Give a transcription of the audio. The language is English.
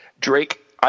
Drake